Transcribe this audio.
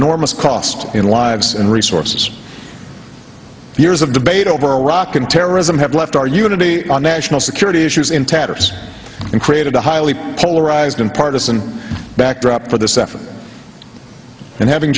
enormous cost in lives and resources years of debate over iraq and terrorism have left our unity on national security issues in tatters and created a highly polarized and partisan backdrop for this effort and having